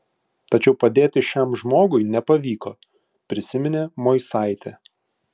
tačiau padėti šiam žmogui nepavyko prisiminė moisaitė